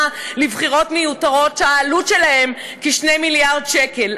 לבחירות מיותרות שהעלות שלהן היא כ-2 מיליארד שקלים.